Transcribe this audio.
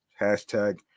hashtag